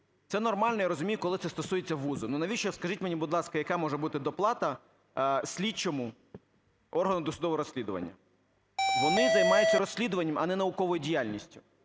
Це нормально, я розумію, коли це стосується вузу, ну, навіщо, скажіть мені, будь ласка, яка може бути доплата слідчому органу досудового розслідування? Вони займаються розслідуваннями, а не науковою діяльністю.